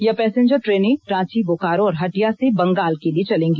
यह पैसेंजर ट्रेनें रांची बोकारो और हटिया से बंगाल के लिए चलेंगी